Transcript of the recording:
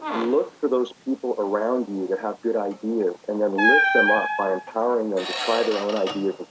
look for those people around you that have good ideas and then lift them up by empowering them to try their own ideas